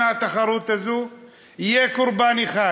בעקבות התחרות הזו יהיה קורבן אחד.